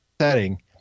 setting